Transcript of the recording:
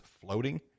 floating